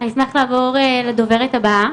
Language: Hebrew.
לעבור לדוברת הבאה,